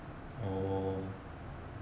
oh